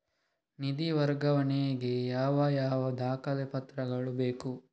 ನಿಧಿ ವರ್ಗಾವಣೆ ಗೆ ಯಾವ ಯಾವ ದಾಖಲೆ ಪತ್ರಗಳು ಬೇಕು?